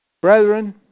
Brethren